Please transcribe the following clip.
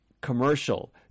commercial